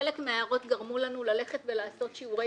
חלק מההערות גרמו לנו ללכת ולעשות שיעורי